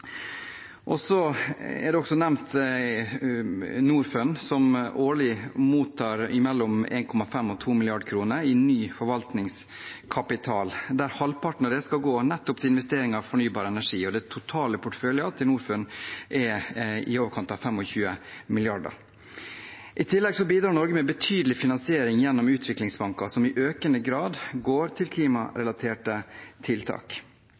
Norfund mottar årlig mellom 1,5 mrd. og 2 mrd. kr i ny forvaltningskapital, og halvparten av det skal gå til investering i fornybar energi. Den totale porteføljen til Norfund er i overkant av 2 mrd. kr. I tillegg bidrar Norge med betydelig finansiering gjennom utviklingsbanker som i økende grad går til klimarelaterte tiltak.